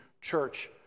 church